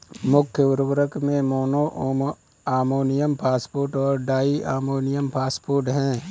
मुख्य उर्वरक में मोनो अमोनियम फॉस्फेट और डाई अमोनियम फॉस्फेट हैं